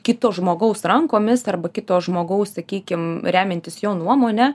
kito žmogaus rankomis arba kito žmogaus sakykim remiantis jo nuomone